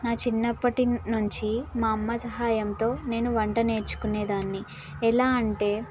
నా చిన్నప్పటి నుంచి మా అమ్మ సహాయంతో నేను వంట నేర్చుకునే దాన్ని ఎలా అంటే